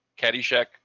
Caddyshack